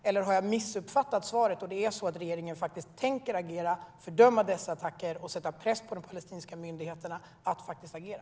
Eller har jag missuppfattat svaret och regeringen faktiskt tänker agera, fördöma attackerna och sätta press på den palestinska myndigheten att agera?